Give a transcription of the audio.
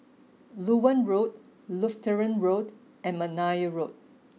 Loewen Road Lutheran Road and McNair Road